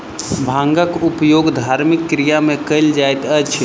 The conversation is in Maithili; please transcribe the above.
भांगक उपयोग धार्मिक क्रिया में कयल जाइत अछि